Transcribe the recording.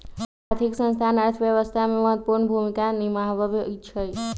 आर्थिक संस्थान अर्थव्यवस्था में महत्वपूर्ण भूमिका निमाहबइ छइ